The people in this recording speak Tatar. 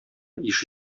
ише